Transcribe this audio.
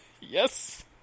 yes